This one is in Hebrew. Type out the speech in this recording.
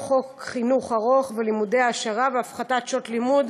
יום חינוך ארוך ולימודי העשרה והפחתת שעות הלימוד